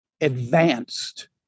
advanced